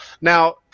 now